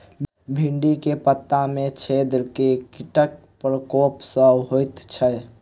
भिन्डी केँ पत्ता मे छेद केँ कीटक प्रकोप सऽ होइ छै?